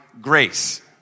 grace